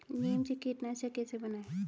नीम से कीटनाशक कैसे बनाएं?